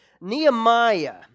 Nehemiah